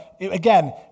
again